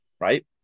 right